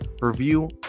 review